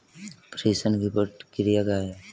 प्रेषण की प्रक्रिया क्या है?